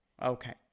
Okay